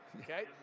okay